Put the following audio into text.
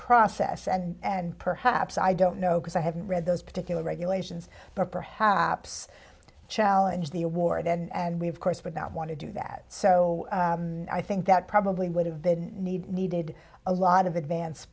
process and perhaps i don't know because i haven't read those particular regulations but perhaps challenge the award and we of course would not want to do that so i think that probably would have been needed needed a lot of advance